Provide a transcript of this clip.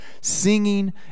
singing